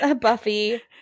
buffy